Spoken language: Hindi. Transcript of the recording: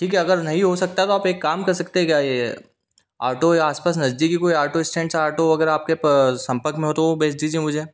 ठीक है अगर नहीं हो सकता तो आप एक काम कर सकते है क्या ये ऑटो या आसपास नजदीकी कोई ऑटो स्टैन्ड से ऑटो वगैरह आपके संपर्क मे हो तो वो भेज दीजिए मुझे